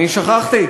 אני שכחתי.